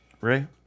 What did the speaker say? Ray